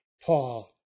Paul